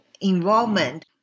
involvement